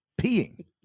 Peeing